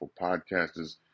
podcasters